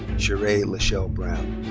cherae lachelle brown.